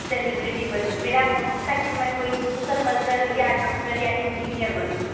celebrity बनूँ मेरा motive था कि मैं कोई सोशल वर्कर या डॉक्टर या इंजीनियर बनूँ